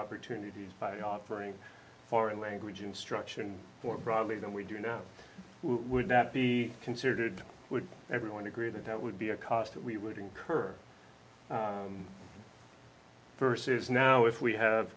opportunities by offering foreign language instruction for broadly than we do now would that be considered would everyone agree that that would be a cost that we would incur versus now if we have